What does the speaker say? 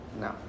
No